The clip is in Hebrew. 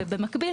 ובמקביל,